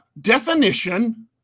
definition